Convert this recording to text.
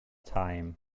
time